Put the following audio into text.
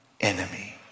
enemy